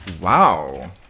wow